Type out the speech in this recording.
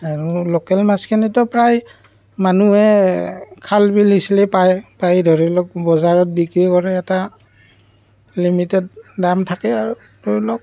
আৰু লোকেল মাছখিনিটো প্ৰায় মানুহে খাল বিল সিঁচিলেই পায় পাই ধৰি লওক বজাৰত বিক্ৰী কৰে এটা লিমিটেড দাম থাকে আৰু ধৰি লওক